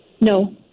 No